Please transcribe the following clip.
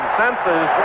senses